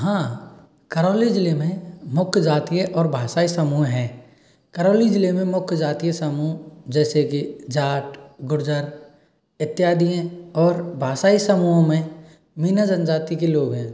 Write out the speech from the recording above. हाँ करौली जिले में मुख्य जातीय और भाषाई समूह हैं करौली जिले में मुख्य जातीय समूह जैसे की जाट गुर्जर इत्यादि हैं और भाषाई समूह में मीणा जनजाति के लोग हैं